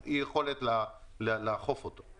חוסר היכולת לאכוף אותו.